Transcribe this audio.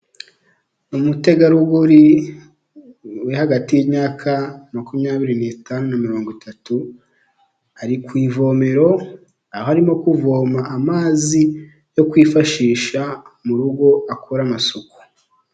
Umutegarugori uri hagati y'imyaka makumyabiri ni'itanu mirongo itatu, ari ku ivomero aho arimo kuvoma amazi yo kwifashisha mu rugo akora amasuku.